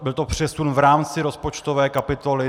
Byl to přesun v rámci rozpočtové kapitoly.